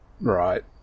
right